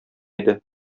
иде